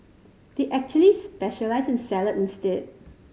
they actually specialise in salad instead